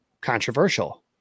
controversial